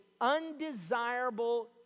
undesirable